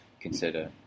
consider